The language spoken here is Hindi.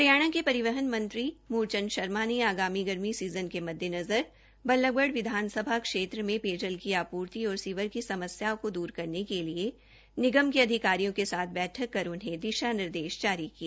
हरियाणा के परिवहन एवं खनन मंत्री मुलचंद शर्मा ने आगामी गर्मी सीजन के मददेनजर बल्लभगढ विधानसभा क्षेत्र में पेयजल की आपूर्ति और सीवर की समस्या को दूर करने के लिए निगम के अधिकारियों के साथ बैठक कर उन्हें दिषा निर्देष जारी किए